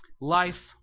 life